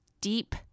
deep